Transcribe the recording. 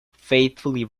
faithfully